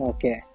Okay